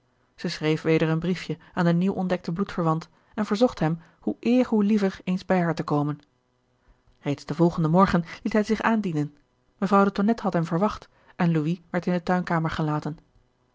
zij schreef weder een briefje aan den nieuw ontdekten bloedverwant en verzocht hem hoe eer hoe liever eens bij haar te komen reeds den volgenden morgen liet hij zich aandienen mevrouw de tonnette had hem verwacht en louis werd in de tuinkamer gelaten